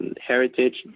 heritage